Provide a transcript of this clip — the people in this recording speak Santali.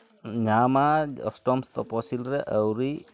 ᱧᱟᱢᱟ ᱚᱥᱴᱚᱢ ᱛᱚᱯᱚᱥᱤᱞ ᱨᱮ ᱟᱹᱣᱨᱤ